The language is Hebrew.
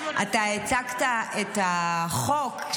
אתה הצגת את החוק.